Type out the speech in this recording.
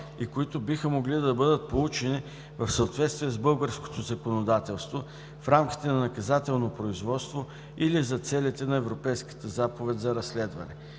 и които биха могли да бъдат получени в съответствие с българското законодателство, в рамките на наказателно производство или за целите на Европейската заповед за разследване;